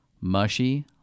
Mushy